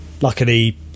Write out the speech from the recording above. luckily